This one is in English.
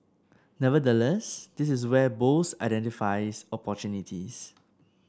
nevertheless this is where Bose identifies opportunity